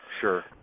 Sure